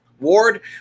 Ward